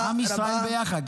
עם ישראל ביחד.